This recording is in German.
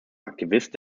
aktivist